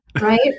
right